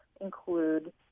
include